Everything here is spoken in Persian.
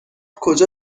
کجا